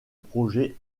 projet